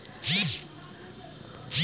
herding মানে হসে কোন খোলা জায়গাত ভেড়া চরানো